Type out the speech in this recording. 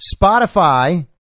Spotify